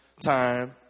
time